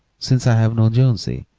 since i've known jonesy,